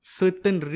certain